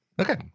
Okay